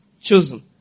Chosen